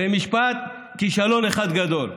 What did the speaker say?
במשפט: כישלון אחד גדול,